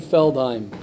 Feldheim